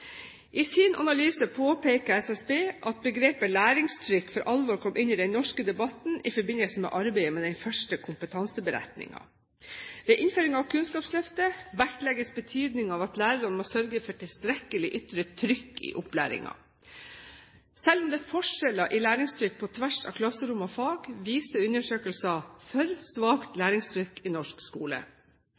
I sin analyse påpeker SSB at begrepet «læringstrykk» for alvor kom inn i den norske debatten i forbindelse med arbeidet med den første kompetanseberetningen. Ved innføring av Kunnskapsløftet vektlegges betydningen av at lærerne må sørge for tilstrekkelig ytre trykk i opplæringen. Selv om det er forskjeller i læringstrykk på tvers av klasserom og fag, viser undersøkelser for svakt læringstrykk i norsk skole.